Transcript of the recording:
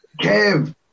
Kev